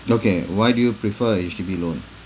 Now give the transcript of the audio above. okay why do you prefer H_D_B loan